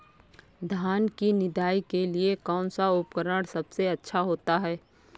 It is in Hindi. धान की निदाई के लिए कौन सा उपकरण सबसे अच्छा होता है?